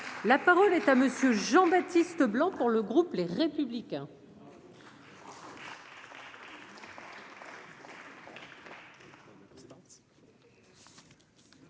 la parole est à monsieur Jean Baptiste. De blanc pour le groupe Les Républicains.